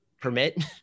permit